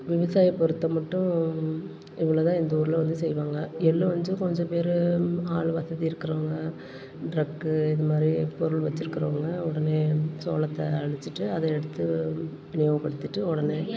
விவசாயம் பொறுத்த மட்டும் இவ்வளோ தான் இந்த ஊரில் வந்து செய்வாங்க எள்ளுவாஞ்சும் கொஞ்சம் பேரு ஆளு வசதி இருக்கிறவுங்க ட்ரக்கு இது மாதிரி பொருள் வச்சிருக்கறவுங்களாம் உடனே சோளத்தை அழிச்சிட்டு அதை எடுத்து விநியோகப்படுத்திட்டு உடனே